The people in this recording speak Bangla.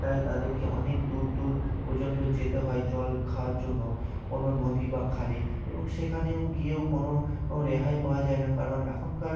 তাই তাদেরকে অনেক দূর দূর পর্যন্ত যেতে হয় জল খাওয়ার জন্য কোনও নদী বা খালে এবং সেখানেও গিয়েও কোনও রেহাই পাওয়া যায় না কারণ এখনকার